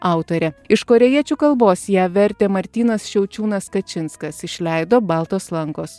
autorė iš korėjiečių kalbos ją vertė martynas šiaučiūnas kačinskas išleido baltos lankos